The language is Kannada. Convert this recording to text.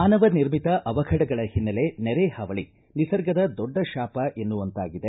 ಮಾನವ ನಿರ್ಮಿತ ಅವಫಡಗಳ ಹಿನ್ನೆಲೆ ನೆರೆ ಹಾವಳಿ ನಿಸರ್ಗದ ದೊಡ್ಡ ಶಾಪ ಎನ್ನುವಂತಾಗಿದೆ